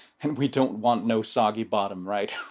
and we don't want no soggy bottom, right,